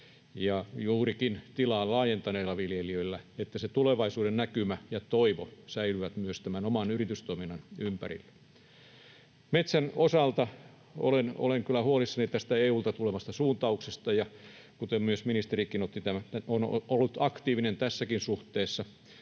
ja juurikin tilaa laajentaneilla viljelijöillä, että se tulevaisuuden näkymä ja toivo säilyvät myös tämän oman yritystoiminnan ympärillä. Metsän osalta olen kyllä huolissani tästä EU:lta tulevasta suuntauksesta. Ja kuten myös ministerikin on ollut aktiivinen tässäkin suhteessa,